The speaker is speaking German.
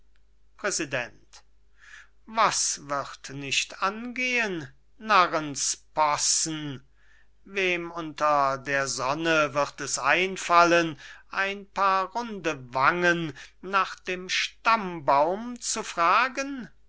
präsident was wird nicht angehen narrenspossen wem unter der sonne wird es einfallen ein paar runde wangen nach dem stammbaum zu fragen